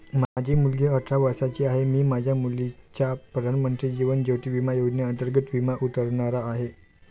माझी मुलगी अठरा वर्षांची आहे, मी माझ्या मुलीचा प्रधानमंत्री जीवन ज्योती विमा योजनेअंतर्गत विमा उतरवणार आहे